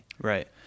Right